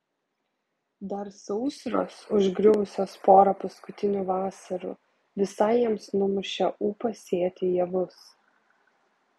dar sausros užgriuvusios porą paskutinių vasarų visai jiems numušė ūpą sėti javus